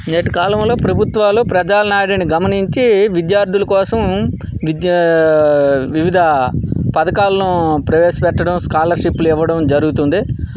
నేటి కాలంలో ప్రభుత్వాలు ప్రజల నాడిని గమనించి విద్యార్థుల కోసం విద్యా వివిధ పథకాలను ప్రవేశ పెట్టడం స్కాలర్షిప్లు ఇవ్వడం జరుగుతోంది